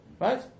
right